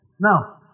Now